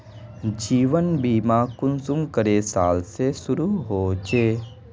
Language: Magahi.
जीवन बीमा कुंसम करे साल से शुरू होचए?